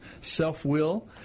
self-will